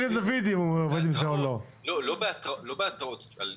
לא בהתראות, בהודעות על